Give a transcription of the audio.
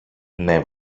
ναι